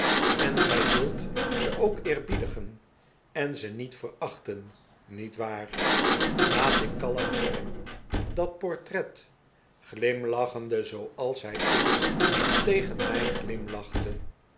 en gy zult ze ook eerbiedigen en ze niet verachten niet waar laat ik kalm zyn dat portret glimlachende zooals hy eens tegen my